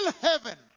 heaven